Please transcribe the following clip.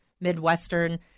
Midwestern